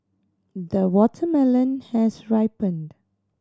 the watermelon has ripened